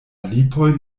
lipoj